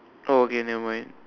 oh okay never mind